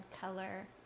color